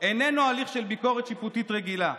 איננו הליך של ביקורת שיפוטית רגילה,